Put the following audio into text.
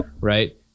Right